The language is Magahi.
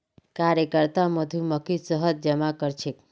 कार्यकर्ता मधुमक्खी शहद जमा करछेक